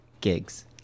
gigs